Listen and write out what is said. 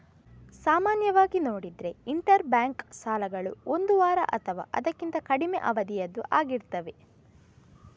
ಸಾಮಾನ್ಯವಾಗಿ ನೋಡಿದ್ರೆ inter bank ಸಾಲಗಳು ಒಂದು ವಾರ ಅಥವಾ ಅದಕ್ಕಿಂತ ಕಡಿಮೆ ಅವಧಿಯದ್ದು ಆಗಿರ್ತವೆ